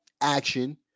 action